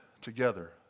together